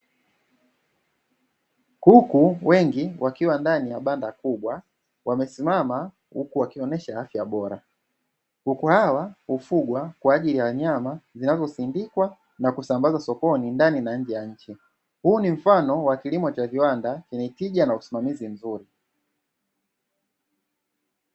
Kuku wengi wakiwa ndani ya banda kubwa wamesimama huku wakionesha afya bora, Kuku hawa hufugwa kwaajili ya nyama zinazosindikwa na kusambazwa sokoni ndani na nje ya nchi, Huu ni mfano wa kilimo cha viwanda chenye tija na usimamizi mzuri.